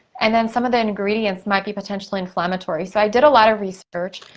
and then some of the ingredients might be potentially inflammatory. so, i did a lot of research,